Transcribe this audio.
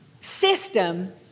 system